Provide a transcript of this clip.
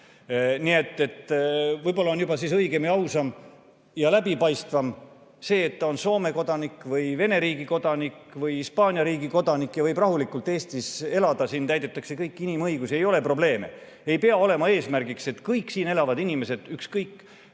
mõtet. Võib-olla on siis juba õigem, ausam ja läbipaistvam see, et ta on Soome kodanik või Venemaa kodanik või Hispaania riigi kodanik ja võib rahulikult Eestis elada. Siin täidetakse kõiki inimõigusi, ei ole probleeme. Ei pea olema eesmärgiks, et kõik siin elavad inimesed, ükskõik